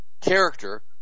character